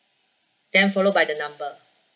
then followed by the number